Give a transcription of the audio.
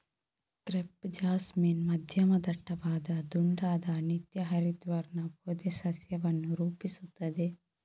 crepe jasmine ಮಧ್ಯಮ ದಟ್ಟವಾದ ದುಂಡಾದ ನಿತ್ಯ ಹರಿದ್ವರ್ಣ ಪೊದೆ ಸಸ್ಯವನ್ನು ರೂಪಿಸುತ್ತದೆ